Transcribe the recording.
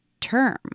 term